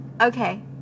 Okay